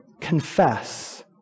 confess